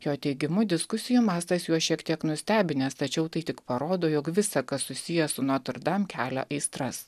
jo teigimu diskusijų mastas juos šiek tiek nustebinęs tačiau tai tik parodo jog visa kas susiję su notrdam kelia aistras